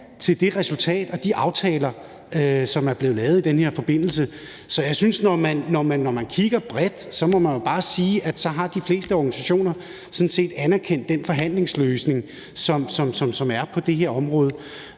til det resultat og de aftaler, som er blevet lavet i den her forbindelse. Så jeg synes, at man, når man kigger bredt, bare må sige, at de fleste organisationer sådan set har anerkendt den forhandlingsløsning, som er på det her område.